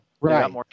Right